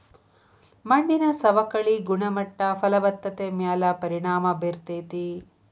ಮಣ್ಣಿನ ಸವಕಳಿ ಗುಣಮಟ್ಟ ಫಲವತ್ತತೆ ಮ್ಯಾಲ ಪರಿಣಾಮಾ ಬೇರತತಿ